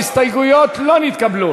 ההסתייגויות לא נתקבלו.